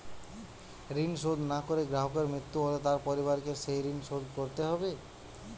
ঋণ শোধ না করে গ্রাহকের মৃত্যু হলে তার পরিবারকে সেই ঋণ শোধ করতে হবে?